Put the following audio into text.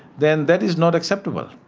then that is not acceptable.